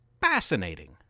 Fascinating